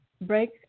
break